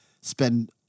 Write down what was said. spend